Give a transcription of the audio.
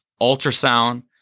ultrasound